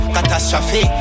Catastrophe